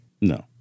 No